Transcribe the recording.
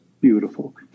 beautiful